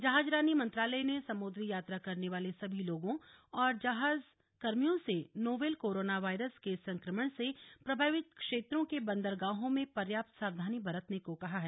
जहाजरानी मंत्रालय ने समुद्री यात्रा करने वाले सभी लोगों और जहाज कर्मियों से नोवेल कोरोना वायरस के संक्रमण से प्रभावित क्षेत्रों के बंदरगाहों में पर्याप्त सावधानी बरतने को कहा है